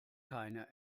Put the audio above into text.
keine